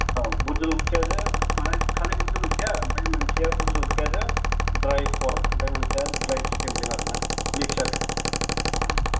औ भुत जलकिया जोंं माने खालि भुत जलकिया ओमफ्राय मोनसेया भुत जलकिया जों ड्राय पर्क ओमफ्राय मोनसेया ड्राय चिकेनजों आरो ना मिक्स आरो